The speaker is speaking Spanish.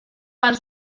para